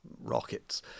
rockets